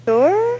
Sure